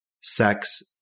sex